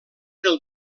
del